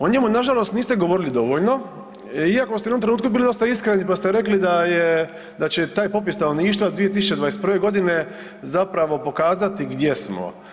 O njemu nažalost niste govorili dovoljno iako ste u jednom trenutku bili dosta iskreni pa ste rekli da će taj popis stanovništva 2021. godine pokazati gdje smo.